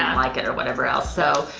um like it or whatever else. so,